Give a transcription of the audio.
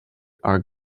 are